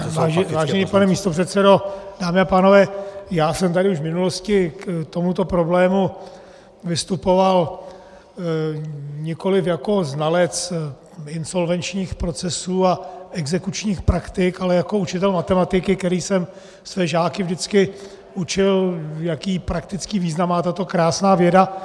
Vážený pane místopředsedo, dámy a pánové, já jsem tady už v minulosti k tomuto problému vystupoval nikoliv jako znalec insolvenčních procesů a exekučních praktik, ale jako učitel matematiky, který jsem své žáky učil, jaký praktický význam má tato krásná věda.